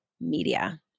media